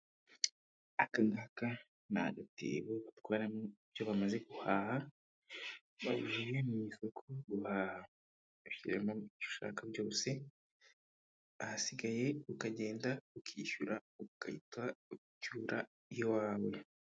Aka ngaka ni agatebo batwaramo ibyo bamaze guhaha bagiye mu isoko guhaha, washyiramo ibyo ushaka byose ahasigaye, ukagenda ukishyura ugahita ucyura iwawe.